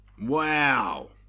Wow